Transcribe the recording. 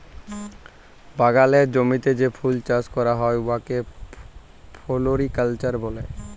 বাগালের জমিতে যে ফুল চাষ ক্যরা হ্যয় উয়াকে ফোলোরিকাল্চার ব্যলে